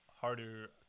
harder